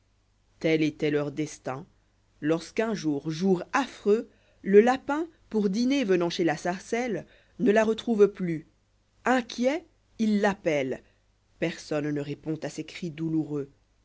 tel étoit leur destin lorsqu'un jour jour affreux le lapin pour dîner venant chez la sarcelle ne la retrouve plus inquiet il l'appelle personne ne répond à ses cris douloureux